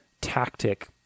tactic